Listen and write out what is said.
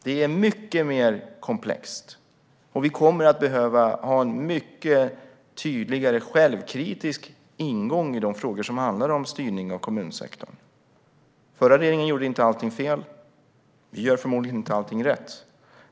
Det är mycket komplext, och vi kommer att behöva ha en tydligare självkritisk ingång i de frågor som handlar om styrning av kommunsektorn. Den förra regeringen gjorde inte allting fel, och vi gör förmodligen inte allting rätt.